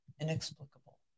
inexplicable